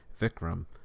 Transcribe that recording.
Vikram